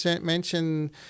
mention